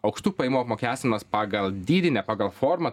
aukštų pajamų apmokestinimas pagal dydį ne pagal formą